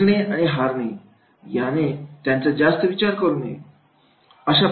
जिंकणे हरणे याचा त्यांनी जास्त विचार करू नये